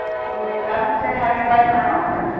you haven't said how you like my offer.